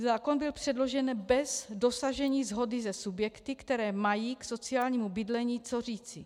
Zákon byl předložen bez dosažení shody se subjekty, které mají k sociálnímu bydlení co říci.